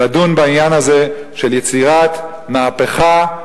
לדון בעניין הזה של יצירת מהפכה,